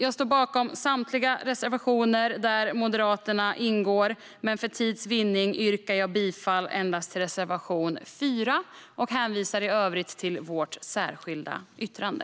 Jag står bakom samtliga reservationer där Moderaterna finns med, men för tids vinnande yrkar jag bifall endast till reservation 4 och hänvisar i övrigt till vårt särskilda yttrande.